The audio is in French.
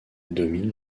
domine